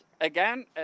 again